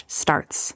starts